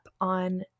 on